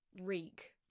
Reek